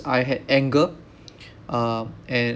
I had anger uh and